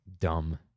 dumb